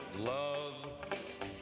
Love